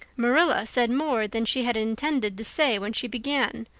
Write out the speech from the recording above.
marilla said more than she had intended to say when she began,